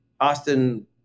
Austin